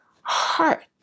heart